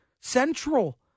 Central